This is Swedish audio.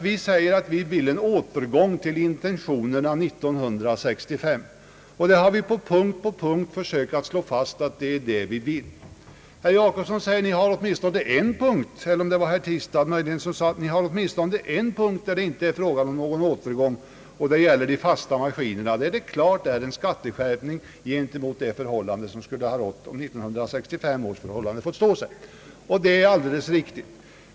Vi säger, att vi vill en återgång till intentionerna från 1965, och det har vi på punkt efter punkt försökt att slå fast. Herr Jacobsson eller herr Tistad sade, att vi har åtminstone en punkt, där det inte är fråga om någon återgång, och det gäller de fasta maskinerna, där det klart är en skatteskärpning gentemot det förhållande som skulle ha rått 1965, om det fått stå sig. Det är alldeles riktigt.